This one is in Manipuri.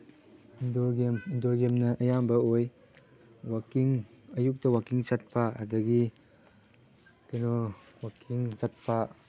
ꯏꯟꯗꯣꯔ ꯒꯦꯝ ꯏꯟꯗꯣꯔ ꯒꯦꯝꯅ ꯑꯌꯥꯝꯕ ꯑꯣꯏ ꯋꯥꯛꯀꯤꯡ ꯑꯌꯨꯛꯇ ꯋꯥꯛꯀꯤꯡ ꯆꯠꯄ ꯑꯗꯒꯤ ꯀꯩꯅꯣ ꯋꯥꯛꯀꯤꯡ ꯆꯠꯄ